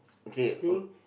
okay oh